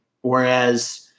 whereas